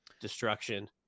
destruction